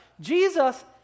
Jesus